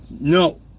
No